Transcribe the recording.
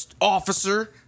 officer